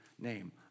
name